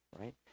right